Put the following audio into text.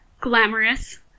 glamorous